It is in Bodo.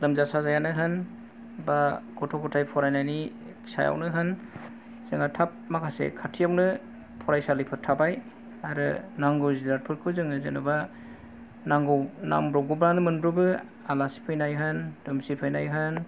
लोमजा साजायानो होन बा गथ' गथाय फरायनायनि सायावनो होन जोंना थाब माखासे खाथियावनो फरायसालिफोर थाबाय आरो नांगौ जिरादफोरखौ जोङो जेन'बा नांगौ नांब्रबगौबानो मोनबावो आसालि फैनाय होन दुमसि फैनाय होन